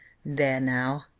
there now,